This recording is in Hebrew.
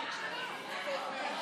אוקיי,